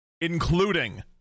including